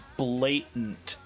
blatant